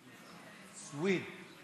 סוִיד?